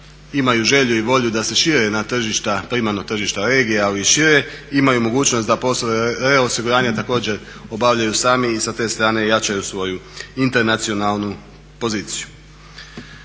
imaju želju i volju da se šire na tržišta, primarno tržišta regije ali i šire imaju mogućnost da poslove reosiguranja također obavljaju sami i sa te strane jačaju svoju internacionalnu poziciju.